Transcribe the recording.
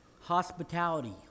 Hospitality